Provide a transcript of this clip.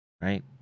Right